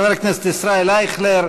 חבר הכנסת ישראל אייכלר.